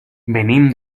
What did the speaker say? venim